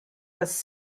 was